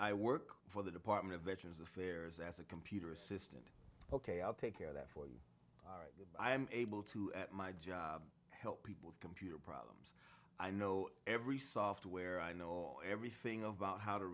i work for the department of veterans affairs as a computer assistant ok i'll take care of that for i am able to at my job help people computer problems i know every software i know everything about how to